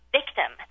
victim